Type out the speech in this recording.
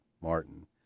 martin